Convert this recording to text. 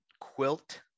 quilt